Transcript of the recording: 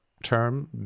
term